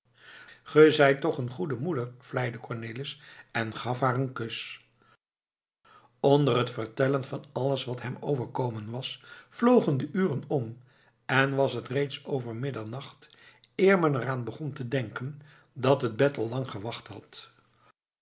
zijt toch eene goede moeder vleide cornelis en gaf haar eenen kus onder het vertellen van alles wat hem overkomen was vlogen de uren om en was het reeds over middernacht eer men er aan begon te denken dat het bed al lang gewacht had